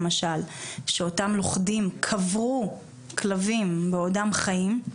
שאותם לוכדים קברו כלבים בעודם חיים.